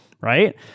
right